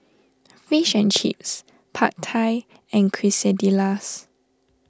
Fish and Chips Pad Thai and Quesadillas